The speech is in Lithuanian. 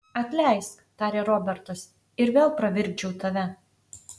atleisk tarė robertas ir vėl pravirkdžiau tave